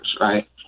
right